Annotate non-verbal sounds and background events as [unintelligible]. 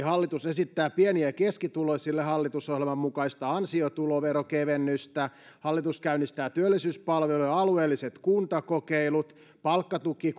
[unintelligible] hallitus esittää pieni ja keskituloisille hallitusohjelman mukaista ansiotuloveronkevennystä hallitus käynnistää työllisyyspalveluiden alueelliset kuntakokeilut palkkatuki [unintelligible]